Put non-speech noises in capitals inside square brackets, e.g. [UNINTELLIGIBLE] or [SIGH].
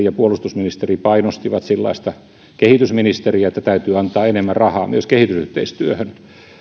[UNINTELLIGIBLE] ja puolustusministeri painostivat silloista kehitysministeriä että täytyy antaa enemmän rahaa myös kehitysyhteistyöhön